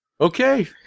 Okay